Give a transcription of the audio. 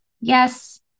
yes